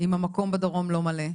אם המקום בדרום לא מלא.